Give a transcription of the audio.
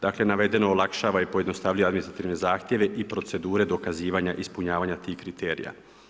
Dakle navedeno olakšava i pojednostavljuje administrativne zahtjeve i procedure dokazivanja ispunjavanja tih kriterija.